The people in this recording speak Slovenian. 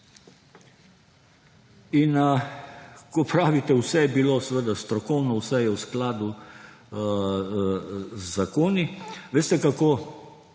In ko pravite, vse je bilo seveda strokovno, vse je v skladu z zakoni. Veste, kako